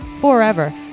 forever